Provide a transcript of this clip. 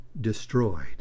destroyed